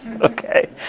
Okay